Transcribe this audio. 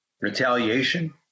retaliation